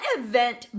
event